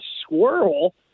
squirrel